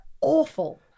awful